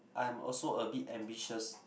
I'm also a bit ambitious